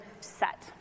set